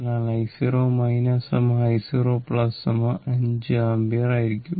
അതിനാൽ i0 i0 5 ampere ആയിരിക്കും